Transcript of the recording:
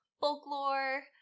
folklore